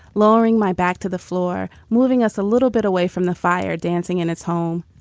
lowering my back to the floor, moving us a little bit away from the fire, dancing and it's home.